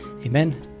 Amen